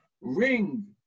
ring